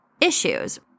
issues